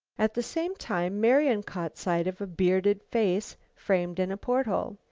at the same time, marian caught sight of a bearded face framed in a porthole.